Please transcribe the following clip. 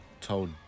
told